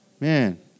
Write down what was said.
Man